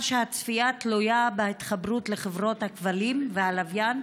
שהצפייה תלויה בהתחברות לחברות הכבלים והלוויין,